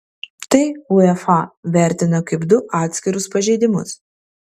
tai uefa vertina kaip du atskirus pažeidimus